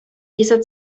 dieser